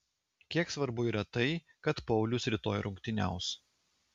kiek svarbu yra tai kad paulius rytoj rungtyniaus